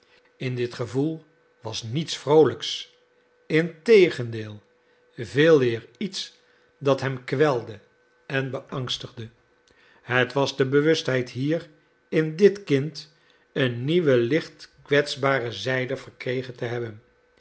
in dit gevoel was niets vroolijks integendeel veeleer iets dat hem kwelde en beangstigde het was de bewustheid hier in dit kind een nieuwe licht kwetsbare zijde verkregen te hebben